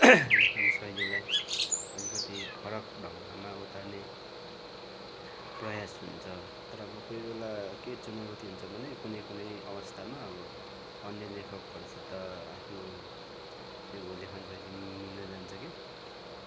लेखन शैलीलाई अलिकति फरक ढङ्गमा उतार्ने प्रयास हुन्छ तर अब कोही बेला के चुनौती हुन्छ भने कुनै कुनै अवस्थामा अब अन्य लेखकहरूसित आफ्नो त्यो लेखन शैली मिल्न जान्छ क्या